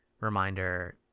reminder